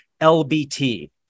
LBT